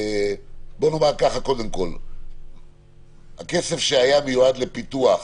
בוא נאמר ככה, קודם כול הכסף שהיה מיועד לפיתוח,